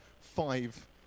five